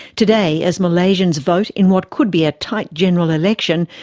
today, as malaysians vote in what could be a tight general election,